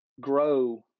grow